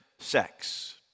Sex